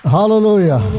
Hallelujah